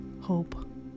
hope